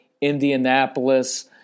Indianapolis